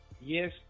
yes